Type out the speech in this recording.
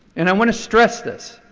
and i want to stress this,